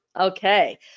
Okay